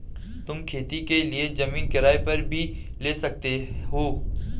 तुम खेती के लिए जमीन किराए पर भी ले सकते हो